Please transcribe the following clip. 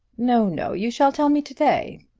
no, no you shall tell me to-day.